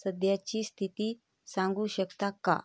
सध्याची स्थिती सांगू शकता का